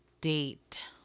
date